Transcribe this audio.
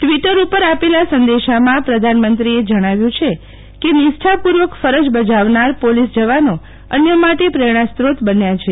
Twitter ઉપર આપેલા સંદેશામાં પ્રધાનમંત્રીએ જણાવ્યું છે કે નિષ્ઠાપૂર્વક ફરજ બજાવનાર પોલીસ જવાનો અન્ય માટે પ્રેરણાસ્ત્રીત બન્યા છે